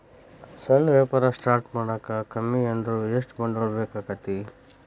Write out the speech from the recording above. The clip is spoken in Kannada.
ಸಣ್ಣ ವ್ಯಾಪಾರ ಸ್ಟಾರ್ಟ್ ಮಾಡಾಕ ಕಮ್ಮಿ ಅಂದ್ರು ಎಷ್ಟ ಬಂಡವಾಳ ಬೇಕಾಗತ್ತಾ